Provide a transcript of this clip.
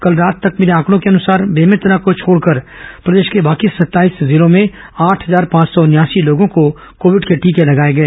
कल रात तक मिले आंकड़ों के अनुसार बेमेतरा को छोड़कर प्रदेश के बाकी सत्ताईस जिलों में आठ हजार पांच सौ उनयासी लोगों को कोविड के टीके लगाए गए